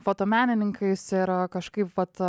fotomenininkais ir kažkaip vat